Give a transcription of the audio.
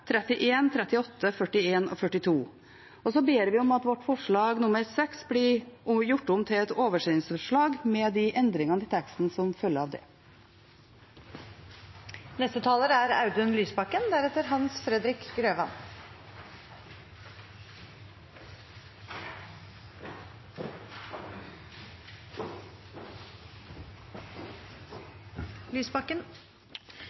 31, 38, 41 og 42. Vi ber om at forslag nr. 6 blir gjort om til et oversendelsesforslag med de endringer av teksten som følger av det.